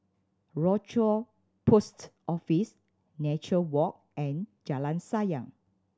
Rochor Post Office Nature Walk and Jalan Sayang